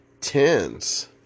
tens